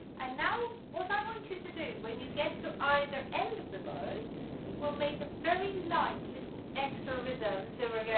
and now what i want you to do when you get to either end of the bow will make a very light little extra rhythm so we're